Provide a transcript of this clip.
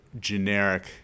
generic